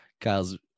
Kyle's